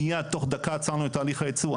מייד תוך דקה עצרנו את תהליך הייצור,